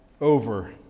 over